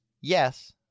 Yes